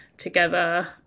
together